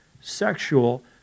sexual